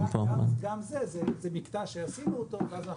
גם זה מקטע שעשינו אותו ואז אנחנו